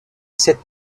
cette